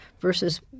versus